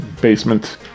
Basement